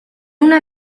una